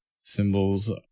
symbols